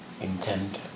intent